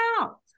out